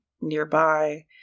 nearby